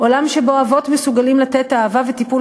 עולם שבו אבות מסוגלים לתת אהבה וטיפול